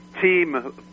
team